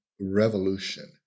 revolution